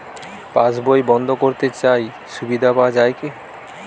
পাশ বই বন্দ করতে চাই সুবিধা পাওয়া যায় কি?